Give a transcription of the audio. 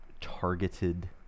targeted